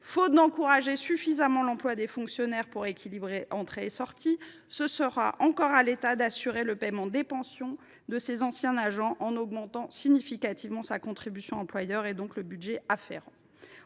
Faute d’encourager suffisamment l’emploi des fonctionnaires pour équilibrer entrées et sorties, il reviendra encore à l’État d’assurer le paiement des pensions de ses anciens agents, en augmentant significativement sa contribution employeur, donc le budget afférent.